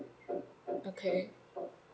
okay